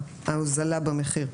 ההוזלה במחיר.